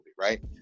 right